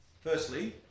Firstly